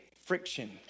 friction